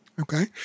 Okay